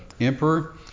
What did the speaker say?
emperor